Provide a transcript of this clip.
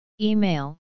Email